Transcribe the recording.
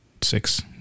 six